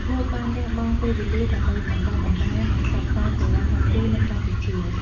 លោកបានលះបង់ពេលវេលាដើម្បីបណ្ដុះបណ្ដាល និងផ្សព្វផ្សាយកីឡាហុកគីនៅកម្ពុជា។